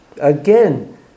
again